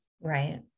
Right